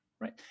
right